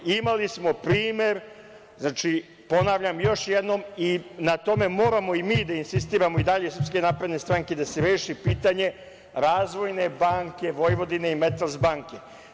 Imali smo primer, znači, ponavljam još jednom, i na tome moramo i mi iz SNS da insistiramo i dalje i da se reši pitanje Razvojne banke Vojvodine i Metals Banke.